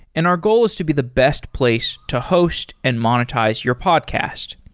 and our goal is to be the best place to host and monetize your podcast.